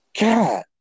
God